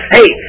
Hey